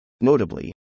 Notably